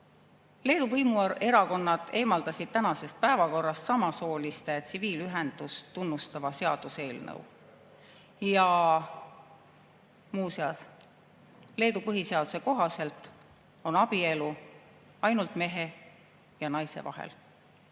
Leedu võimuerakonnad, eemaldasid tänasest päevakorrast samasooliste tsiviilühendust tunnustava seaduseelnõu. Ja muuseas, Leedu põhiseaduse kohaselt on abielu ainult mehe ja naise vahel.